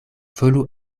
volu